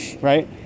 right